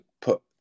put